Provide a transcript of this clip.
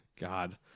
God